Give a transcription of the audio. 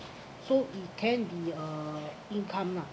so it can be uh income lah